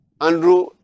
Andrew